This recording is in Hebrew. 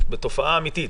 מה התופעה האמיתית?